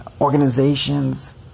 organizations